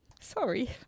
Sorry